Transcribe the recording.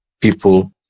people